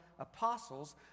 apostles